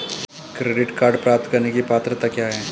Credit card प्राप्त करने की पात्रता क्या है?